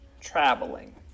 traveling